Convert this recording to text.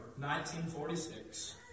1946